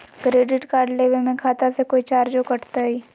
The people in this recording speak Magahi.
क्रेडिट कार्ड लेवे में खाता से कोई चार्जो कटतई?